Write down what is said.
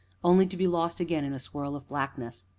only to be lost again in a swirl of blackness.